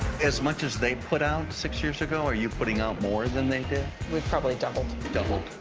as much as they put out six years ago, are you putting out more than they did? we've probably doubled. doubled.